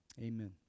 Amen